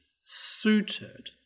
suited